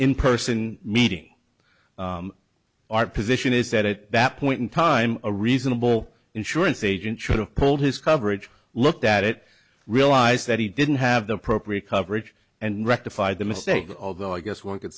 in person meeting our position is that at that point in time a reasonable insurance agent should have pulled his coverage looked at it realized that he didn't have the appropriate coverage and rectified the mistake although i guess one could